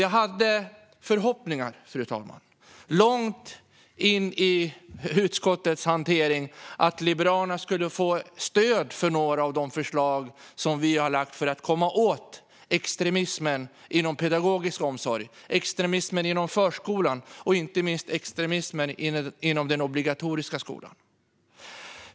Jag hade förhoppningar långt in i utskottets hantering att Liberalerna skulle få stöd för några av de förslag som vi har lagt fram för att komma åt extremismen inom pedagogisk omsorg, extremismen inom förskolan och inte minst extremismen inom den obligatoriska skolan.